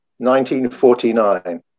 1949